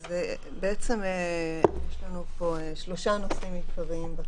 יש לנו פה, בתקנות האלה, שלושה נושאים עיקריים.